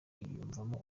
yiyumvamo